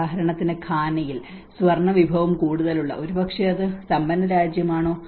ഉദാഹരണത്തിന് ഘാനയിൽ സ്വർണ്ണ വിഭവം കൂടുതലുള്ള പക്ഷേ അത് ഒരു സമ്പന്ന രാജ്യമാണോ